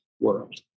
world